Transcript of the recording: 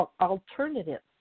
alternatives